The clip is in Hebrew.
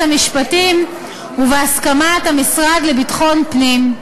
המשפטים ובהסכמת המשרד לביטחון הפנים.